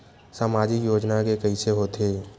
सामाजिक योजना के कइसे होथे?